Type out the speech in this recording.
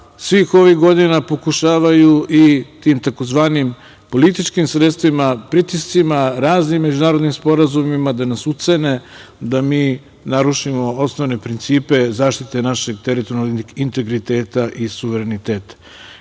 svih ovih godina pokušavaju i tim tzv. „političkim sredstvima“, pritiscima, raznim međunarodnim sporazumima da nas ucene da mi narušimo osnovne principe zaštite našeg teritorijalnog integriteta i suvereniteta.